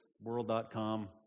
world.com